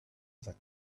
that